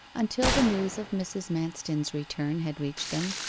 until the news of mrs. manston's return had reached them,